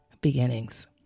beginnings